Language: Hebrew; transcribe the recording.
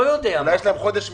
אולי יש להם חודש מעובר...